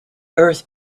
earth